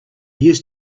used